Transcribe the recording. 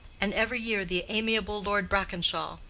and every year the amiable lord brackenshaw,